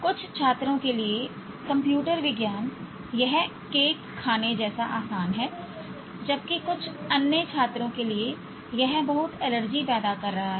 कुछ छात्रों के लिए कंप्यूटर विज्ञान यह केक खाने जैसा आसान है जबकि कुछ अन्य छात्रों के लिए यह बहुत एलर्जी पैदा कर रहा है